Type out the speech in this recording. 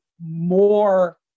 more